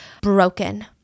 broken